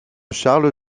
charles